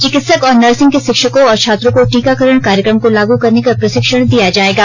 चिकित्सक और नर्सिंग के शिक्षकों और छात्रों को टीकाकरण कार्यक्रम को लागू करने का प्रशिक्षण दिया जाएगा